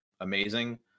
amazing